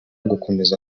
gukomeza